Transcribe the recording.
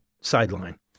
sideline